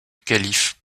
calife